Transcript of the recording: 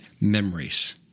memories